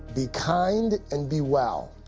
be kind and be well.